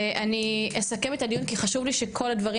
ואני אסכם את הדיון כי חשוב לי שכל הדברים